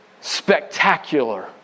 spectacular